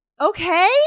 okay